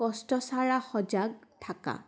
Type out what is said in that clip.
কষ্টচাৰা সজাগ থাকা